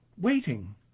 waiting